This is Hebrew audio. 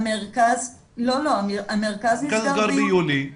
המרכז נסגר ביולי.